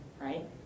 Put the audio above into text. right